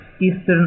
Eastern